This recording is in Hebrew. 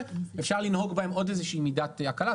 אפשר לנהוג בהם עוד איזה שהיא מידת הקלה.